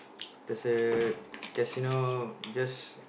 there's a casino just